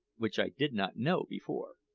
which i did not know before.